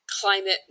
climate